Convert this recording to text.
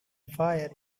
fire